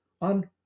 on